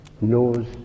knows